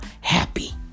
happy